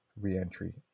reentry